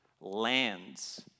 lands